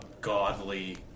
godly